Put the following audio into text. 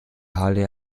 harley